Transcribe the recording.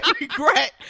regret